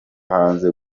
hanze